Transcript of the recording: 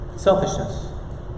Selfishness